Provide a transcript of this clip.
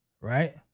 right